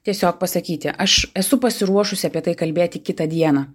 tiesiog pasakyti aš esu pasiruošusi apie tai kalbėti kitą dieną